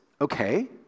Okay